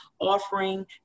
offering